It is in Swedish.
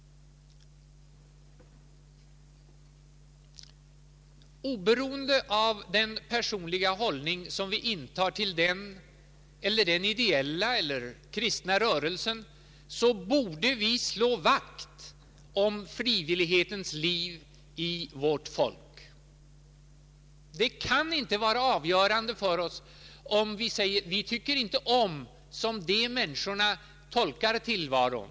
Oberoende av den personliga hållning som vi intar till de ideella och kristna rörelserna borde vi slå vakt om frivillighetens liv för vårt folk. Det kan inte vara avgörande för oss om vi säger att vi inte tycker om dessa människors sätt att tolka tillvaron.